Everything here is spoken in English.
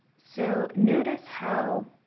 so notice how,